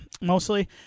mostly